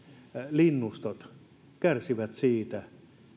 linnustot kärsivät siitä